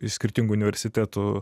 iš skirtingų universitetų